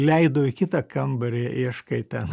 įleido į kitą kambarį ieškai ten